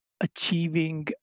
achieving